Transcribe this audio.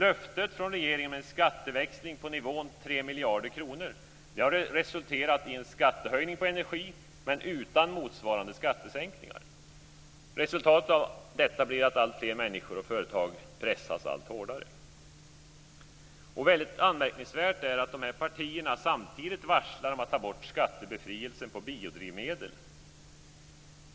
Löftet från regeringen om en skatteväxling på nivån 3 miljarder kronor har resulterat i en skattehöjning på energi utan motsvarande skattesänkningar. Resultatet av detta blir att alltfler människor och företag pressas allt hårdare. Det är mycket anmärkningsvärt att dessa partier samtidigt varslar om att ta bort skattebefrielsen på bioddrivmedel.